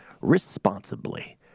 responsibly